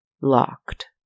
locked